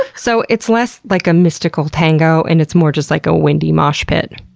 so it's less like a mystical tango, and it's more just like a windy mosh pit.